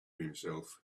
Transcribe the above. himself